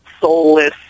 soulless